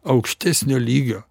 aukštesnio lygio